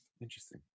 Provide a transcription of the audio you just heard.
interesting